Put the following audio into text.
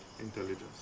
intelligence